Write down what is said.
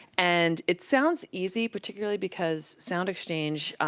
and it sounds easy, particularly because soundexchange,